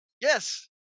yes